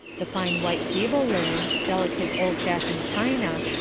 the fine white table-linen, delicate old-fashioned china,